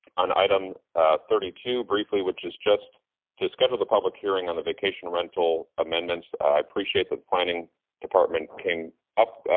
on item thirty two briefly, which is just to schedule the public hearing on the vacation rental amendments, i appreciate that the planning department came up,